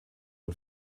und